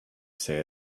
say